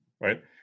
right